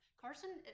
Carson